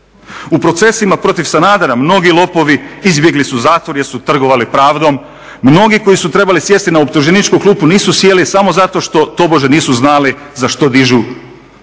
U procesima protiv Sanadera mnogi lopovi izbjegli su zatvor jer su trgovali pravdom, mnogi koji su trebali sjesti na optuženičku klupu nisu sjeli samo zato što tobože nisu znali za što dižu